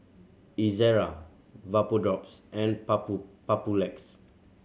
Ezerra Vapodrops and Papulex